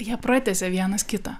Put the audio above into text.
jie pratęsia vienas kitą